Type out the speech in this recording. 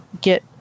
get